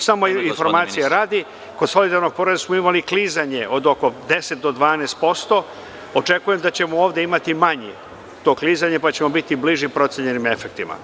Samo informacije radi, kod solidarnog poreza smo imali klizanje od oko 10 do 12%, očekujem da ćemo ovde imati manje to klizanje pa ćemo biti bliži procenjenim erfektima.